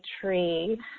tree